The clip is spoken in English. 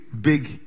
big